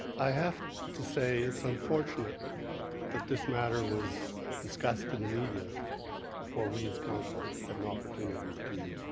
i have to say it's unfortunate that this matter was discussed in the media before we as council had an opportunity to